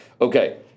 Okay